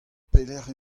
pelecʼh